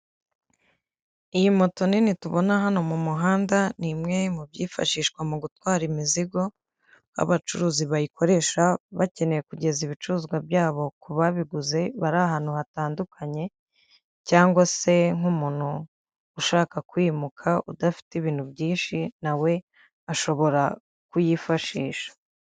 Iyi moto nini tubona hano mu muhanda ni imwe mu byifashishwa mu gutwara imizigo, aho abacuruzi bayikoresha bakeneye kugeza ibicuruzwa byabo ku babiguze bari ahantu hatandukanye cyangwa se nk'umuntu ushaka kwimuka udafite ibintu byinshi na we ashobora kuyifashisha.